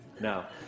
Now